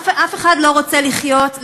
אף אחד לא רוצה לחיות,